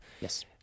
Yes